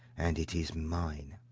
and it is mine.